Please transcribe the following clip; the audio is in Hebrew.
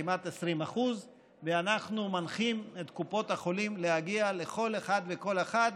כמעט 20%. אנחנו מנחים את קופות החולים להגיע לכל אחד ולכל אחת,